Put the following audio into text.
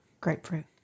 Grapefruit